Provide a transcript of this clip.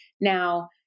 Now